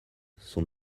son